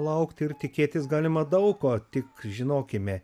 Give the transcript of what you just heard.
laukti ir tikėtis galima daug ko tik žinokime